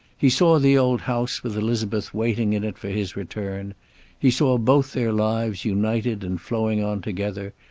he saw the old house with elizabeth waiting in it for his return he saw both their lives united and flowing on together,